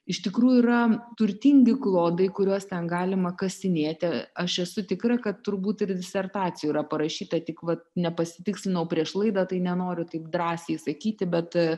iš tikrųjų yra turtingi klodai kuriuos ten galima kasinėti aš esu tikra kad turbūt ir disertacijų yra parašyta tik vat nepasitikslinau prieš laidą tai nenoriu taip drąsiai sakyti bet